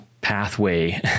pathway